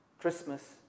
Christmas